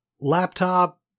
laptop